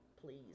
please